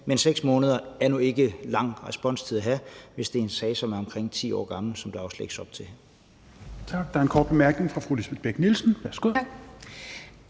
Men 6 måneder er nu ikke lang responstid at have, hvis det er en sag, som er omkring 10 år gammel, som der også lægges op til